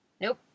Nope